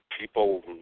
people